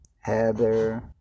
Heather